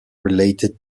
related